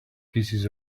pieces